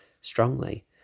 strongly